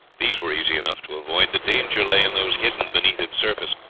these were easy enough to avoid, the danger lay in those hidden beneath its surface,